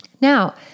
Now